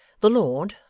the lord,